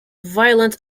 violent